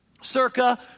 circa